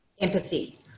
Empathy